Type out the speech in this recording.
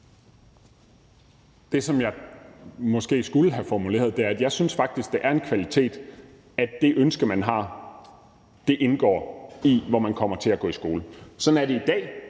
Det, som jeg måske skulle have formuleret, er, at jeg faktisk synes, at det er en kvalitet, at det ønske, som man har, indgår i, hvor man kommer til at gå i skole, og sådan er det i dag.